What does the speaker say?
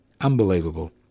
Unbelievable